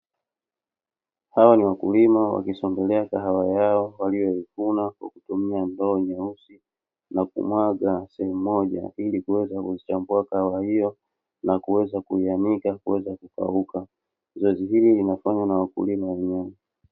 Hawa ni wakulima wakisombelea kahawa yao, waliyoivuna kwa kutumia ndoo nyeusi, na kumwaga sehemu moja, ili kuweza kuzichambua kahawa hiyo na kuweza kuianika kuweza kukauka. Zoezi hili linafanywa na wakulima wenyewe.